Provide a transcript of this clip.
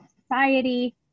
society